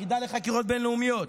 יחידה לחקירות בין-לאומיות?